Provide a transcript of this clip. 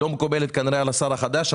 לא מקובלת כנראה על השר החדש.